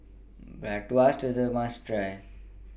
Bratwurst IS A must Try